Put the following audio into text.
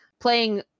playing